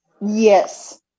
Yes